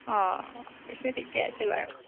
অঁ অঁ পিছে ঠিকে আছে বাৰু